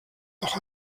auch